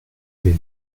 avait